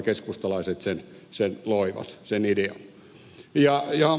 keskustalaiset sen loivat sen idean